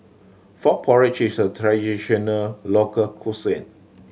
frog porridge is a traditional local cuisine